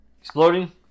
Exploding